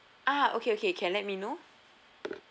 ah okay okay can let me know